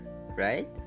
right